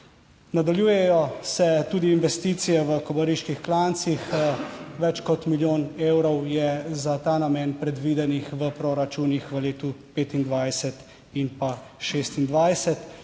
Nadaljujejo se tudi investicije v Kobariških klancih. Več kot milijon evrov je za ta namen predvidenih v proračunih v letu 2025 in pa 2026,